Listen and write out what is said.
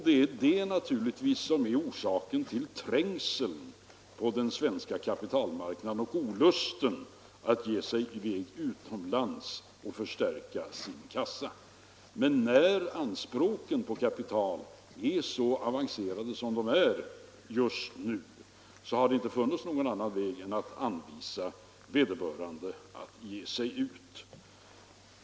Det är alltså detta som är orsaken till trängseln på den svenska kapitalmarknaden och olusten inför att ge sig utomlands och förstärka sin kassa. Men när anspråken på kapital är så avancerade som de är just nu så har det inte funnits någon annan möjlighet än att anvisa vederbörande att ge sig ut.